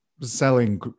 selling